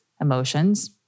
emotions